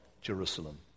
Jerusalem